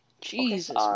Jesus